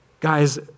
Guys